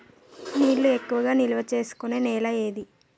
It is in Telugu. నీళ్లు ఎక్కువగా నిల్వ చేసుకునే నేల ఏది?